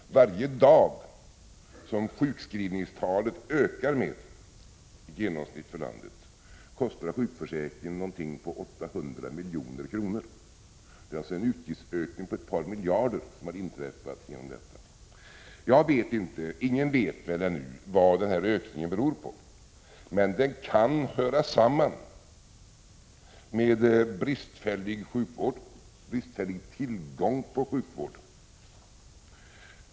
Varje dag som sjukskrivningstalet ökar med kostar sjukförsäkringen någonting på 800 milj.kr. mer. Det är alltså en utgiftsökning på ett par miljarder som har inträffat genom detta. Ingen vet väl ännu vad den här ökningen beror på, men den kan höra samman med bristfällig sjukvård, bristfällig tillgång på sjukvård.